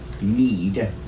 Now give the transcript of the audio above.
need